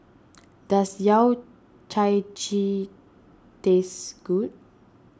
does Yao Cai Ji taste good